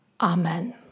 Amen